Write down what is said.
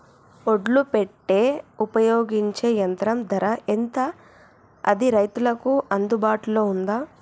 ఒడ్లు పెట్టే ఉపయోగించే యంత్రం ధర ఎంత అది రైతులకు అందుబాటులో ఉందా?